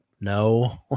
No